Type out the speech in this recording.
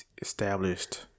established